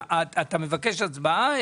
קובי, אתה מבקש הצבעה?